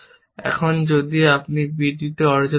এখন যদি আপনি b d এ অর্জন করেন